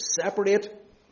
separate